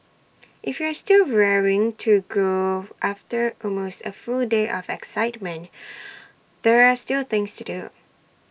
if you are still raring to go after almost A full day of excitement there are still things to do